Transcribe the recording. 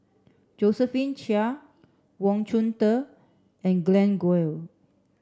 Josephine Chia Wang Chunde and Glen Goei